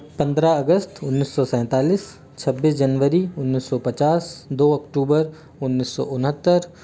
पंद्रह अगस्त उन्नीस सौ सैंतालीस छब्बीस जनवरी उन्नीस सौ पचास दो अक्टूबर उन्नीस सौ उनहत्तर